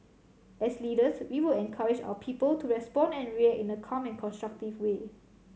as leaders we would encourage our people to respond and react in a calm and constructive way